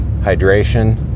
Hydration